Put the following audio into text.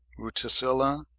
ruticilla,